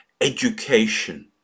education